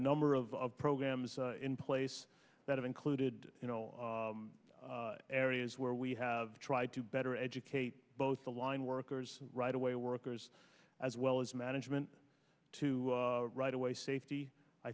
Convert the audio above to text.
number of programs in place that have included you know areas where we have tried to better educate both the line workers right away workers as well as management to right away safety i